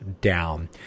down